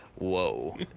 Whoa